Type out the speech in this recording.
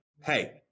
hey